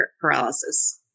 paralysis